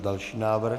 Další návrh.